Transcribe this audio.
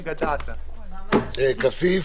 21. מי בעד ההסתייגות?